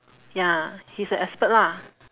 ya he's a expert lah